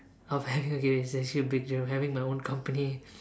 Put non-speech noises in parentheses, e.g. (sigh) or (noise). of having (laughs) okay it's actually a big dream of having my own company